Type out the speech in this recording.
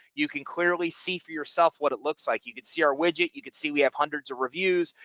you can clearly see for yourself what it looks like. you could see our widget. you could see we have hundreds of reviews.